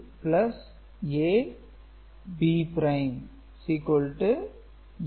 B A